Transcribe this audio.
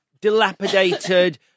dilapidated